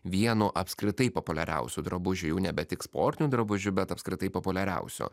vienu apskritai populiariausių drabužių jau nebe tik sportiniu drabužiu bet apskritai populiariausiu